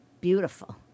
Beautiful